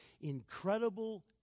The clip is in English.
incredible